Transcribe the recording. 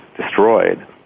destroyed